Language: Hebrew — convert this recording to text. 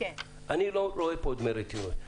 אני לא רואה פה דמי רצינות.